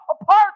apart